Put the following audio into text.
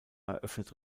eröffnet